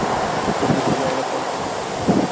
जी हो जाएगा सर